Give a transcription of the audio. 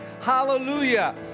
Hallelujah